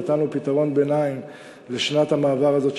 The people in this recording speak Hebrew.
נתנו פתרון ביניים לשנת המעבר הזאת,